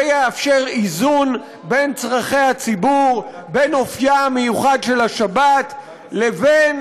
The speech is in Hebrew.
זה יאפשר איזון בין צורכי הציבור ואופייה המיוחד של השבת לבין